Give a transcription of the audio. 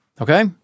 Okay